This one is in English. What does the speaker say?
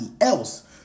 else